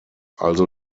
also